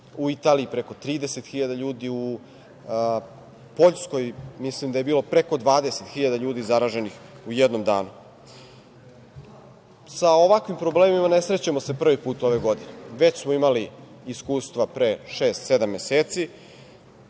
u Italiji preko 30 hiljada ljudi, u Poljskoj mislim da je bilo preko 20 hiljada ljudi zaraženih u jednom danu. Sa ovakvim problemima ne srećemo se prvi put ove godine. Već smo imali iskustva pre šest-sedam